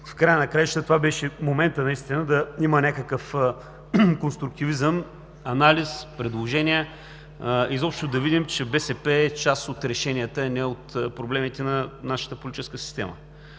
в края на краищата това беше моментът наистина, в който да има някакъв конструктивизъм, анализ, предложения, изобщо да видим, че БСП е част от решенията, а не от проблемите на нашата политическа система.